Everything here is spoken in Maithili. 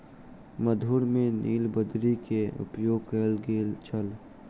मधुर में नीलबदरी के उपयोग कयल गेल छल